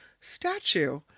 statue